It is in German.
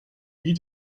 wie